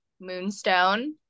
Moonstone